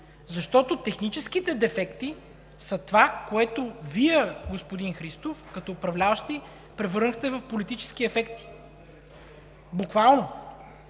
Защото техническите дефекти са това, което, Вие, господин Христов, като управляващи, превърнахте в политически ефекти – буквално.